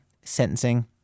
sentencing